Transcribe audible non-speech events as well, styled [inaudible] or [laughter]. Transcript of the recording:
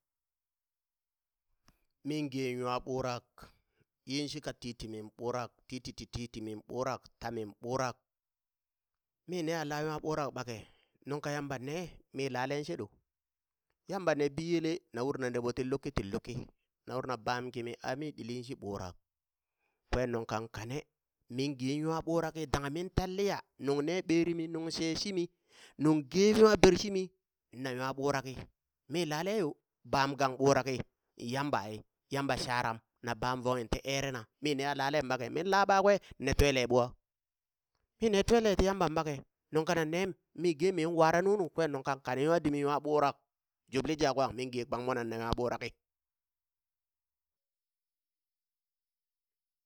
Min gen nwa ɓurak yin shika titimin ɓurak titi ti- titimin ɓurak tamin ɓurak, mi neha laa nwa ɓurak ɓake? nuŋ ka Yamba ne mi lale sheɗo? Yamba ne biyele na urna neɓo ti luki ti luki [noise] na urna baam kima a mi ɗili shi ɓurak, kwen nuŋ kaŋ kane min gee nwa ɓuraki dangha min tan liya nuŋ na ɓerimi nuŋ she shimi, nuŋ ge nwa bershimi na nwa ɓuraki, mi laleyo bam gang ɓuraki Yamba ai, Yamba sharam na bam vong ti ere na, mi neha lale ɓake? min laa ɓakwe nne wele ɓwa? mii ne twele ti Yamban ɓake? nuŋ kana nem mige min wara nunu kwen nuŋ kan kane nwa dimi nwa ɓurak. jubli jwakang min ge kpak mwana na nwa ɓuraki.